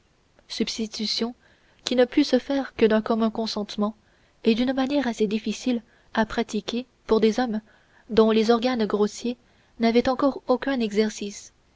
substitution qui ne put se faire que d'un commun consentement et d'une manière assez difficile à pratiquer pour des hommes dont les organes grossiers n'avaient encore aucun exercice